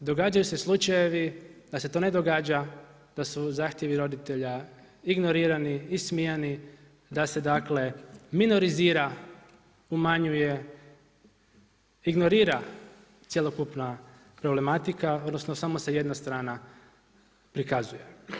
Događaju se slučajevi da se to ne događa, da su zahtjevi roditelja ignorirani, ismijani, da se minorizira, umanjuje, ignorira cjelokupna problematika odnosno samo se jedna strana prikazuje.